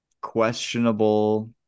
questionable